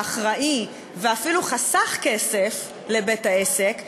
האחראי ואפילו חסך כסף לבית-העסק,